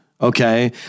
okay